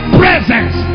presence